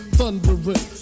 Thundering